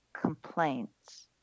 complaints